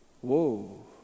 Whoa